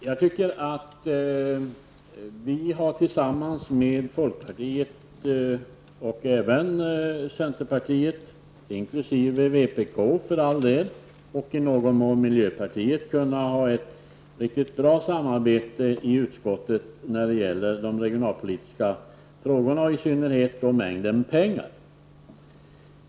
Herr talman! När det gäller de regionalpolitiska frågorna tycker jag att vi tillsammans med folkpartiet och även centerpartiet, för all del också tillsammans med vänsterpartiet och i någon mån miljöpartiet, har kunnat samarbeta riktigt bra i utskottet. I synnerhet gäller detta frågan om penningsummorna.